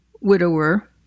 widower